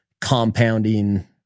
compounding